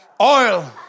Oil